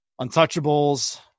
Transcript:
Untouchables